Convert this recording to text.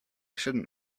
shouldn’t